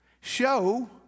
show